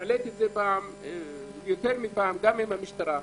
העליתי את זה יותר מפעם, גם עם המשטרה.